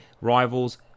rivals